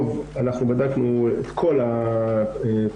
אנחנו בדקנו את כל הפנימיות,